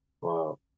wow